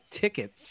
tickets